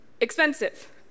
Expensive